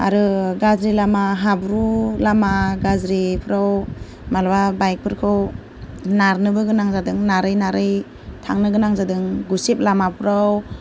आरो गाज्रि लामा हाब्रु गाज्रि लामाफ्राव माब्लाबा बाइकफोरखौ नारनोबो गोनां जादों नारै नारै थांनो गोनां जादों गुसेब लामाफोराव